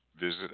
visit